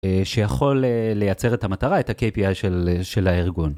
שיכול לייצר את המטרה, את ה-KPI של הארגון.